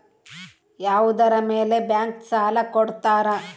ಯಾವುದರ ಮೇಲೆ ಬ್ಯಾಂಕ್ ಸಾಲ ಕೊಡ್ತಾರ?